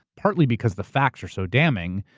partly because the facts are so damning.